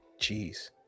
Jeez